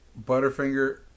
Butterfinger